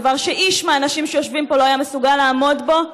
דבר שאיש מהאנשים שיושבים פה לא היה מסוגל לעמוד בו,